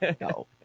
no